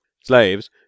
Slaves